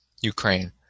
Ukraine